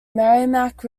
merrimack